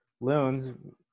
loons